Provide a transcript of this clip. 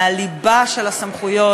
מהליבה של הסמכויות,